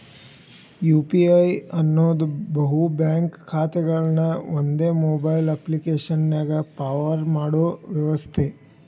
UPI ಅನ್ನೋದ್ ಬಹು bank ಖಾತೆಗಳನ್ನ ಒಂದೇ ಮೊಬೈಲ್ ಅಪ್ಪ್ಲಿಕೆಶನ್ಯಾಗ ಪವರ್ ಮಾಡೋ ವ್ಯವಸ್ಥೆ